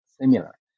similar